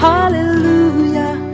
Hallelujah